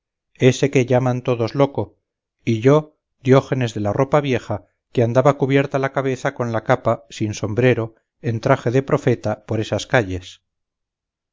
ese que llamaron todos loco y yo diógenes de la ropa vieja que andaba cubierta la cabeza con la capa sin sombrero en traje de profeta por esas calles